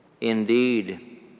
Indeed